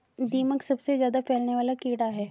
दीमक सबसे ज्यादा फैलने वाला कीड़ा है